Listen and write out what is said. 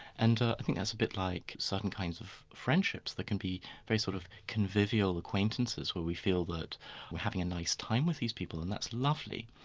and i think that's a bit like certain kinds of friendships that can be very sort of convivial acquaintances where we feel that we're having a nice time with these people, and that's lovely.